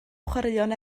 chwaraeon